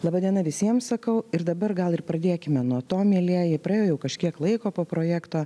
laba diena visiems sakau ir dabar gal ir pradėkime nuo to mielieji praėjo jau kažkiek laiko po projekto